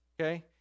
Okay